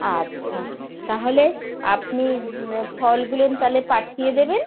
আচ্ছা তাহলে আপনি ফলগুলো তাহলে পাঠিয়ে দেবেন